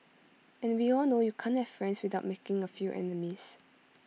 and we all know you can't have friends without making A few enemies